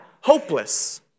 hopeless